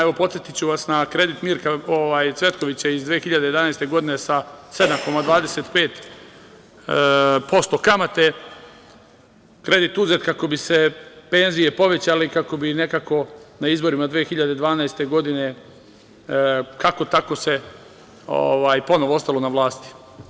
Evo, podsetiću vas na kredit Mirka Cvetkovića iz 2011. godine sa 7,25% kamate, kredit uzet kako bi se penzije povećale i kako bi se nekako na izborima 2012. godine, kako tako, ponovo ostalo na vlasti.